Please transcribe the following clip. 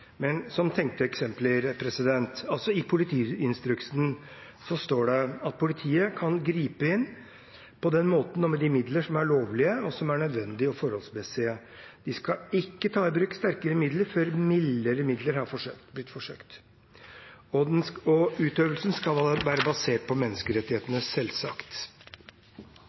I politiinstruksen står det at politiet kan gripe inn på den måten og med de midler som er lovlige, og som er nødvendige og forholdsmessige. De skal ikke ta i bruk sterkere midler før mildere midler er blitt forsøkt, og utøvelsen skal selvsagt være basert på menneskerettighetene.